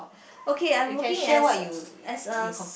okay I'm working as as a s~